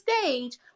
stage